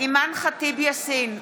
אימאן ח'טיב יאסין,